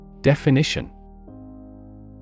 Definition